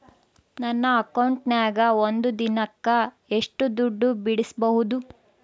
ನನ್ನ ಅಕೌಂಟಿನ್ಯಾಗ ಒಂದು ದಿನಕ್ಕ ಎಷ್ಟು ದುಡ್ಡು ಬಿಡಿಸಬಹುದು?